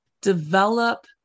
develop